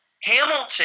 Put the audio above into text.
Hamilton